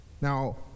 Now